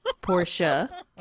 Portia